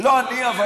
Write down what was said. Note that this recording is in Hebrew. לא אני, אבל